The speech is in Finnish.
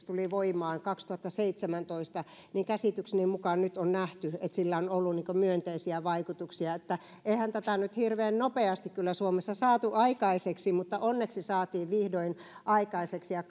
tuli voimaan kaksituhattaseitsemäntoista niin käsitykseni mukaan nyt on nähty että sillä on ollut myönteisiä vaikutuksia eihän tätä nyt hirveän nopeasti kyllä suomessa saatu aikaiseksi mutta onneksi saatiin vihdoin aikaiseksi ja